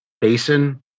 basin